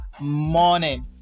morning